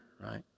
right